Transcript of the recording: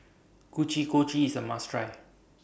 Kochi Kochi IS A must Try